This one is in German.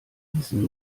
wissen